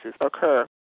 occur